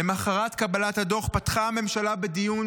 למוחרת קבלת הדוח פתחה הממשלה בדיון,